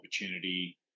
opportunity